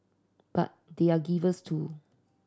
but they are givers too